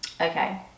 okay